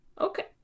Okay